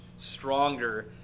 Stronger